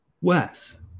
Wes